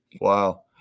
Wow